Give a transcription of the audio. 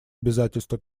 обязательства